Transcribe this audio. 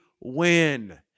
win